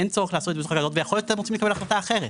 יכול להיות שאתם רוצים לקבל החלטה אחרת.